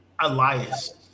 Elias